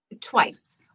Twice